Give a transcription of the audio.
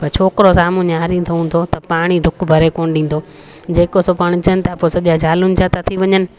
पर छोकिरो साम्हूं निहारींदो हूंदो त पाणी डुक भरे कोन ॾींदो जेको सो पाणि अचनि था पोइ सॼा जालुनि जा ता थी वञनि